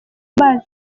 amazi